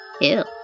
Ew